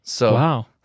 Wow